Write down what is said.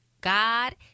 God